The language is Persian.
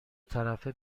طرفه